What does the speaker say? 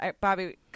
Bobby